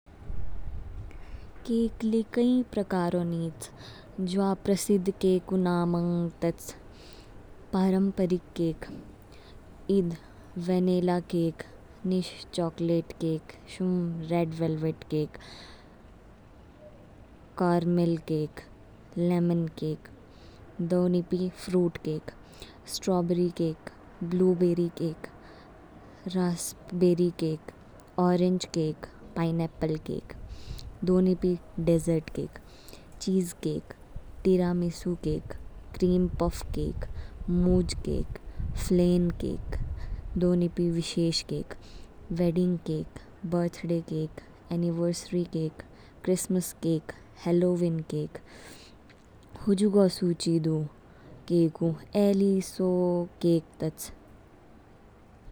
केक ली कई प्रकारों नीच, जवा प्रसिद्ध केक ऊ नामंग तच। पारंपरिक cake, vanilla cake, chocolate cake, velvet cake, caramel cake, lemon cake. दो नीपि, fruit cake, strawberry cake, blue berry cake, रास्प berry cake. Orange cake, pineapple cake, दो नीपि, desert cake, cheese cake, tiramisu cake. Cream puff cake, मुज केक, फ्लेन केक, दो नीपि, विशेष cake, wedding cake, birthday cake, anniversary cake. हेलोविंन केकहुजुगों सूची दु, केक ऊ ए ली सो केक तच।